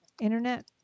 internet